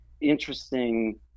interesting